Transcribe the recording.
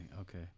okay